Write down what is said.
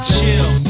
Chill